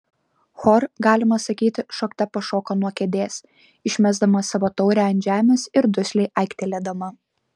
hor galima sakyti šokte pašoko nuo kėdės išmesdama savo taurę ant žemės ir dusliai aiktelėdama